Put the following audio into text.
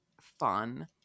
fun